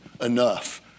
enough